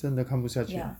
真的看不下去